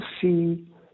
see